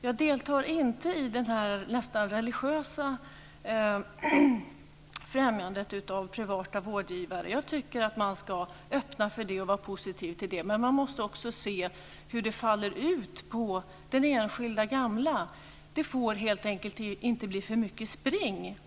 Jag deltar inte i det nästan religiösa främjandet av privata vårdgivare. Jag tycker att man ska öppna för det och vara positiv till det, men man måste också se hur det faller ut för den enskilda gamla. Det får helt enkelt inte bli för mycket spring.